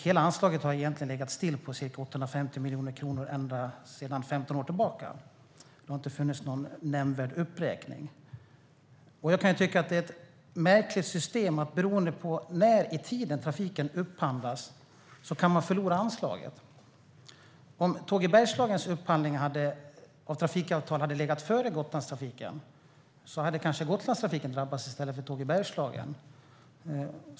Hela anslaget har egentligen sedan 15 år tillbaka legat stilla på ca 850 miljoner kronor. Det har inte skett någon nämnvärd uppräkning. Jag kan tycka att det är ett märkligt system. Beroende på när i tiden trafiken upphandlas kan man förlora anslaget. Om Tåg i Bergslagens upphandling och det trafikavtalet hade varit klart före Gotlandstrafiken hade kanske Gotlandstrafiken drabbats i stället för Tåg i Bergslagen.